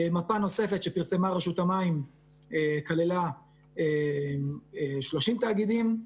מפה נוספת שפרסמה רשות המים כללה 30 תאגידים.